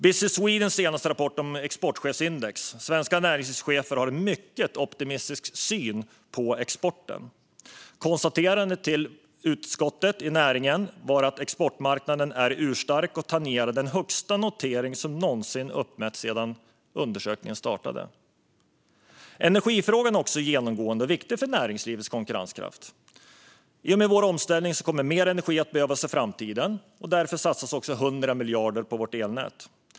Business Swedens senaste rapport om exportchefsindex visar att svenska näringslivschefer har en mycket optimistisk syn på exporten. Konstaterandet till näringsutskottet var att exportmarknaden är urstark och tangerar den högsta notering som uppmätts sedan undersökningen startade. Energifrågan är också genomgående och viktig för näringslivets konkurrenskraft. I och med vår omställning kommer mer energi att behövas i framtiden, och därför satsas 100 miljarder på vårt elnät.